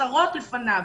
עשרות לפניו.